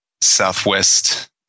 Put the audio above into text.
Southwest